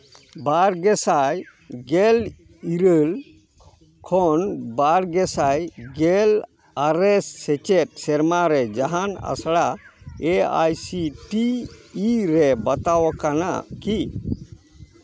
ᱵᱟᱨ ᱜᱮ ᱥᱟᱭ ᱜᱮᱞ ᱤᱨᱟᱹᱞ ᱠᱷᱚᱱ ᱵᱟᱨ ᱜᱮ ᱥᱟᱭ ᱜᱮᱞ ᱟᱨᱮ ᱥᱮᱪᱮᱫ ᱥᱮᱨᱢᱟ ᱨᱮ ᱡᱟᱦᱟᱱ ᱟᱥᱲᱟ A I C T E ᱨᱮ ᱵᱟᱛᱟᱣ ᱟᱠᱟᱱᱟ ᱠᱤ